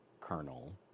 kernel